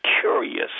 curious